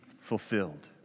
fulfilled